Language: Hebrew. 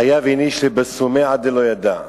חייב איניש לבשומי עד דלא ידע.